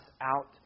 out